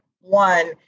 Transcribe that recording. One